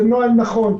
זה נוהל נכון,